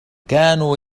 كانوا